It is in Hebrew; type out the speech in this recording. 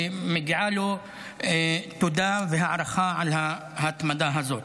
ומגיעות לו תודה והערכה על ההתמדה הזאת.